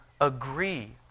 agree